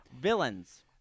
Villains